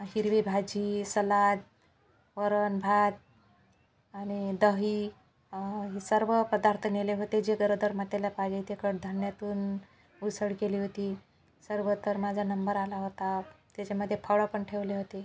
हिरवी भाजी सलाद वरण भात आणि दही सर्व पदार्थ नेले होते जे गरोदर मातेला पाहिजे ते कडधान्यातून उसळ केली होती सर्व तर माझा नंबर आला होता त्याच्यामध्ये फळं पण ठेवले होते